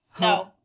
No